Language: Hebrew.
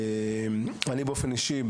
אני באופן אישי,